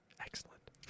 Excellent